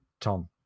Tom